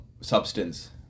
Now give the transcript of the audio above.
substance